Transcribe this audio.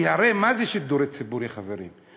כי הרי מה זה שידור ציבורי, חברים?